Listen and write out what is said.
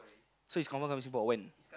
so he's confirm coming Singapore when